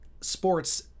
Sports